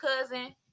cousin